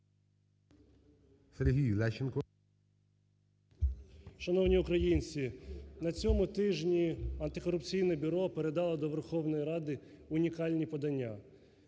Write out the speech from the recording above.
Шановні українці! На цьому тижні Антикорупційне бюро передало до Верховної Ради унікальні подання.